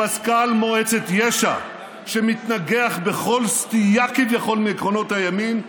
ממזכ"ל מועצת יש"ע שמתנגח בכל סטייה כביכול מעקרונות הימין,